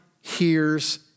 hears